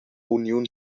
uniun